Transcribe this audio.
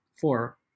four